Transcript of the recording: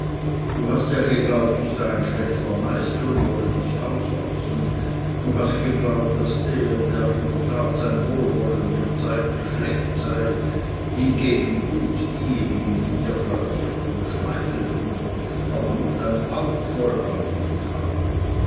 du hast ja geglaubt ich sei ein schlechter meister und wolle dich ausnutzen du hast geglaubt daß der der mit der tat sein wohlwollen dir zeigte schlecht sei hingegen gut diejenigen die dir flattierten schmeichelten aber auch nicht ein augvoll an dir taten